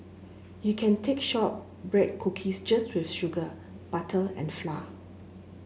you can take short break cookies just with sugar butter and